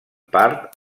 part